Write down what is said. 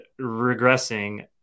regressing